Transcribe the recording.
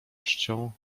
czcią